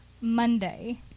Monday